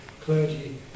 clergy